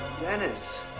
Dennis